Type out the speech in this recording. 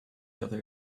other